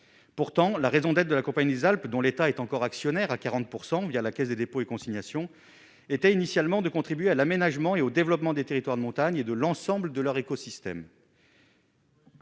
pourtant la raison d'être de la Compagnie des Alpes, dont l'État est encore actionnaire à 40 % via la Caisse des dépôts et consignations était initialement de contribuer à l'aménagement et au développement des territoires de montagne et de l'ensemble de leur écosystème.